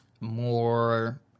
more